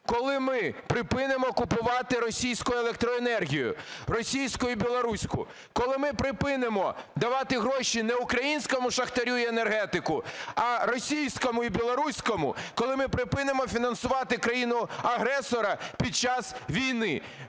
коли ми припинимо купувати російську електроенергію, російську і білоруську? Коли ми припинимо давати гроші не українському шахтарю і енергетику, а російському і білоруському? Коли ми припинимо фінансувати країну-агресора під час війни?